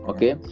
Okay